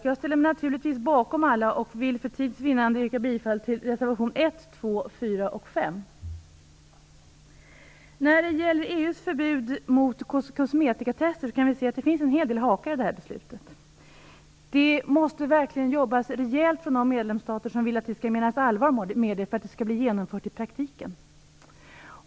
Jag ställer mig naturligtvis bakom alla, men för tids vinnande yrkar jag bifall bara till reservationerna 1, När det gäller EU:s förbud mot kosmetikatester kan vi se att det finns en hel del hakar i detta beslut. Det måste verkligen jobbas rejält från de medlemsstater som vill att man skall mena allvar med detta och som vill att det skall genomföras i praktiken.